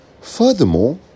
Furthermore